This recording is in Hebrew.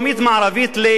ודרומית-מערבית ללוד.